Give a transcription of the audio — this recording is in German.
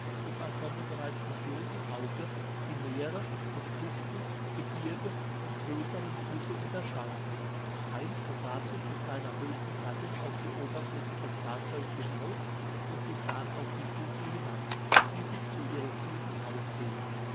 und man konnte bereits mit bloßem auge die meere und küsten gebirge und größeren flüsse unterscheiden heinz begab sich mit seiner holden gattin auf die oberfläche des fahrzeugs hinaus und sie sahen auf die kugel hinab die sich zu ihren füßen ausdehnte